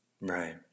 Right